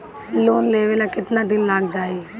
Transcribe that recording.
Loan लेबे ला कितना दिन लाग जाई?